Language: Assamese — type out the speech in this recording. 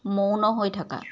মৌন হৈ থাকা